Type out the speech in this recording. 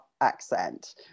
accent